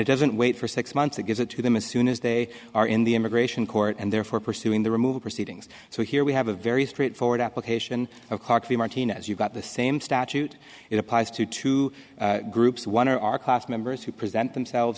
it doesn't wait for six months it gives it to them as soon as they are in the immigration court and therefore pursuing the removal proceedings so here we have a very straightforward application of harvey martinez you've got the same statute it applies to two groups one are class members who present themselves